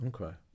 Okay